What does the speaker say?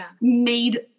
made